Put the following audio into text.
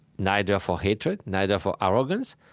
neither for hatred, neither for arrogance.